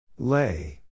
Lay